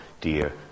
dear